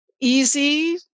easy